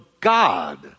God